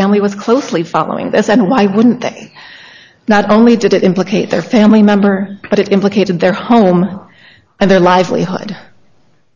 family was closely following this and why wouldn't that not only did it implicate their family member but it implicated their home and their livelihood